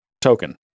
token